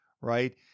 right